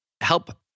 help